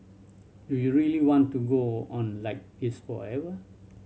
do you really want to go on like this forever